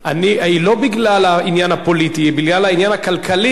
היא לא בגלל העניין הפוליטי, היא